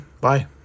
Bye